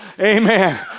Amen